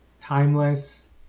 Timeless